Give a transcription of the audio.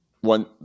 one